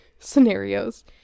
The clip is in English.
scenarios